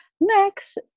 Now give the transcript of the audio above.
Next